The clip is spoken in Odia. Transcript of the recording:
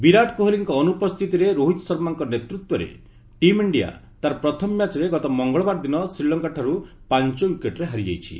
ବିରାଟ କୋହଲିଙ୍କ ଅନୁପସ୍ଥିତିରେ ରୋହିତ ଶର୍ମାଙ୍କ ନେତୃତ୍ୱରେ ଟିମ୍ ଇଣ୍ଡିଆ ତା'ର ପ୍ରଥମ ମ୍ୟାଚ୍ରେ ଗତ ମଙ୍ଗଳବାର ଦିନ ଶ୍ରୀଲଙ୍କଠାରୁ ପାଞ୍ଚ ୱିକେଟ୍ରେ ହାରିଯାଇଛି